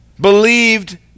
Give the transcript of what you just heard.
believed